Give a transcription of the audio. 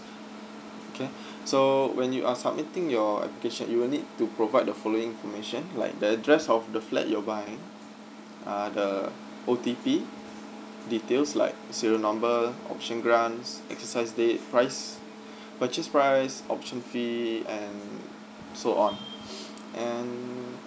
okay so when you are submitting your application you will need to provide the following information like the address of the flat you're buying uh the O_T_P details like serial number option grants exercise date price purchase price option fee and so on and